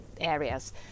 areas